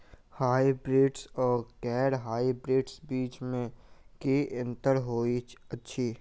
Hybrids आ गैर hybrids बीज म की अंतर होइ अछि?